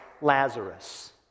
Lazarus